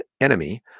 enemy